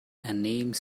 anime